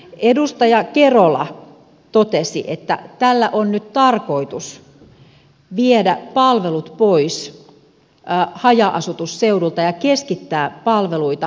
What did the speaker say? edustaja kerola totesi että tällä on nyt tarkoitus viedä palvelut pois haja asutusseudulta ja keskittää palveluita kasvukeskuksiin